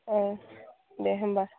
देह होनबा